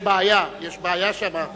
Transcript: יש בעיה, יש בעיה שם.